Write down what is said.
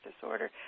disorder